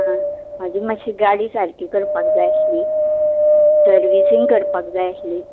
आं म्हाजी मातशी गाडी सारकी करपाक जाय आसली सर्विसींग करपाक जाय आसली